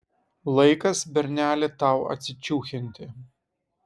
laikas berneli tau atsičiūchinti